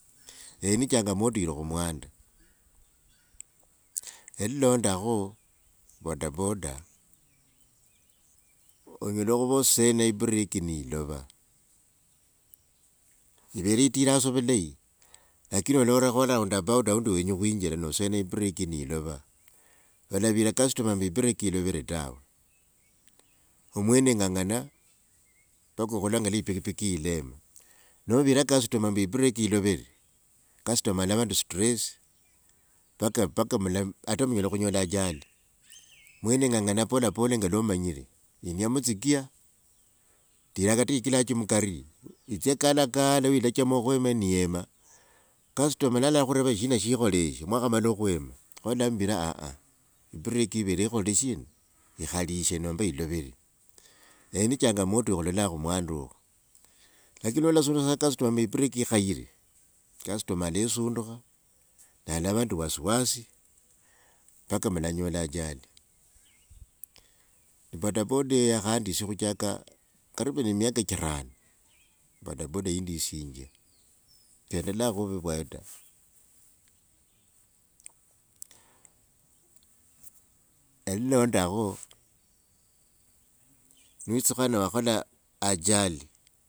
Eyo ni changamoto ili khu mwanda. E lilondakho bodaboda onyela khuva osena e breaky nilova, ivere itira tsa vulai lakini olola khu round about aundi wenya khwinjira nosena e breaky ni ilova, olavira customer ombu breaky ilovre tawe. Omwene ng'ang'ana mpaka khulanga mwe e pikipiki ileyema. Novira customer mbu e breaky ilovre, customer alava nende stress, mpaka, mpaka mla, ata munyela khunyola ajali. Mwene ng'ang'ana polepole nga lwomanyire. Iniamo tsi gear, tira kata e clutch mukari, itsie kalakala wilachama okhwema ni yema, customer nala khureva shina shikholeshe, mwakhamala khwema, olambira aah aah break ivere nekholre shina ikhalishe nomba ilovre. Eyo ni changamoto ya khulola khu mwanda oku. Lakini nolasunjra customer e breaky ikhaire, customer alesundukha nalava nende wasi wasi mpaka mulanyola ajali. Bodaboda eyo yakhandisia khuchaka, karibu ne miaka chirano, bodaboda yindisinja. Sendolakho vuvi vwayo ta. E lilondakho ni witsukhana wakhola ajali.